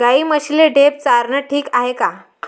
गाई म्हशीले ढेप चारनं ठीक हाये का?